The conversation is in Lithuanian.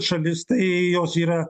šalis tai jos yra